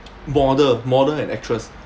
model model and actress